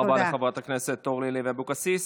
תודה רבה לחברת הכנסת אורלי לוי אבקסיס.